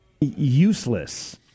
useless